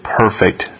perfect